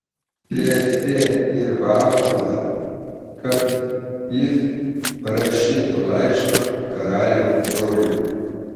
teesie ir valandą kad jis parašytų laišką karaliaus broliui